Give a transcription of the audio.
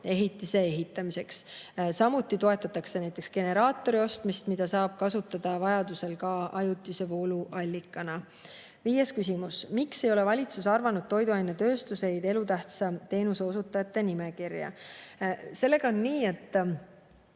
ehitise ehitamiseks. Samuti toetatakse näiteks generaatori ostmist, mida saab kasutada vajaduse korral ka ajutise vooluallikana. Viies küsimus: "Miks ei ole valitsus arvanud toidutööstuseid elutähtsa teenuse osutajate nimekirja?" Sellega on nii, et